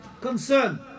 concern